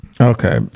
Okay